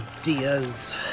ideas